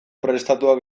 prestatuak